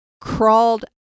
crawled